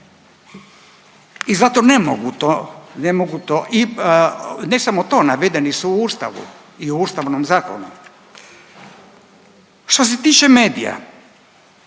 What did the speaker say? to, ne mogu to i ne samo to navedeni su u Ustavu i u Ustavnom zakonu. Što se tiče medija